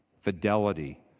fidelity